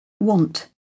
Want